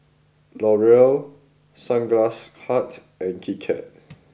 Laurier Sunglass Hut and Kit Kat